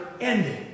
ending